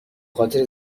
خاطر